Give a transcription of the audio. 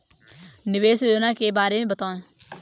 निवेश योजना के बारे में बताएँ?